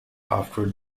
after